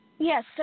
Yes